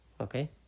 Okay